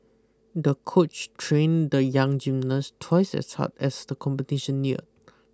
the coach trained the young gymnast twice as hard as the competition neared